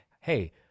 Hey